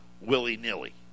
willy-nilly